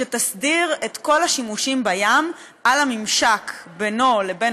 שתסדיר את כל השימושים בים על הממשק בינו לבין